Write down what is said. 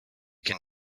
can